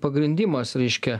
pagrindimas reiškia